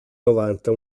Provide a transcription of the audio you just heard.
novanta